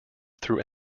through